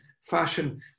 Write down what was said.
fashion